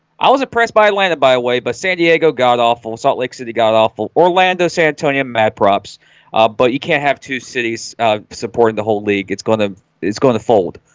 i was impressed by atlanta by a way, but san diego god-awful in salt lake city god-awful orlando, san antonio mad props but you can't have two cities supporting the whole league. it's gonna it's going to fold.